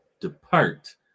depart